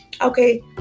Okay